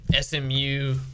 SMU